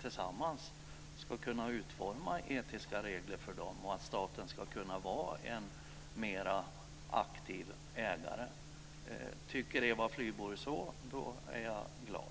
tillsammans ska kunna utforma etiska regler för dem och att staten ska kunna vara en mer aktiv ägare. Tycker Eva Flyborg det är jag glad.